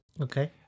Okay